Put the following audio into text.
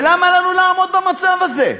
אז למה לנו לעמוד במצב הזה?